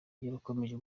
yarakomeje